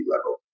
level